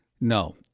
no